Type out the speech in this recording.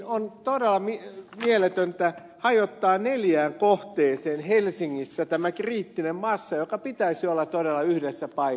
on todella mieletöntä hajottaa neljään kohteeseen helsingissä tämä kriittinen massa jonka pitäisi olla todella yhdessä paikassa